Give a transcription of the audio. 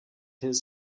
his